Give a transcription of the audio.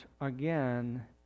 again